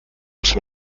los